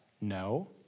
No